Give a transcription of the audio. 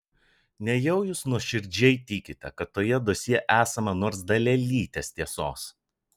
nejau jūs nuoširdžiai tikite kad toje dosjė esama nors dalelytės tiesos